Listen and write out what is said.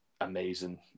amazing